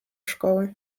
szkoły